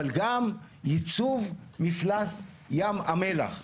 אבל גם ייצוב מפלס ים המלח,